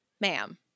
ma'am